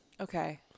Okay